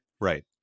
Right